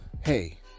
Hey